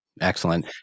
Excellent